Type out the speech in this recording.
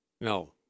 No